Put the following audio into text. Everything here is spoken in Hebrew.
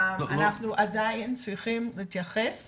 אנחנו עדיין צריכים להתייחס